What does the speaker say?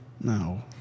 No